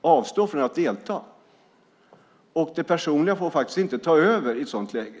avstå från att delta. Det personliga får faktiskt inte ta över i ett sådant läge.